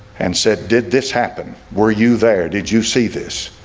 and said did this happen. were you there? did you see this?